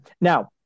Now